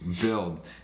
build